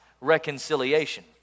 reconciliation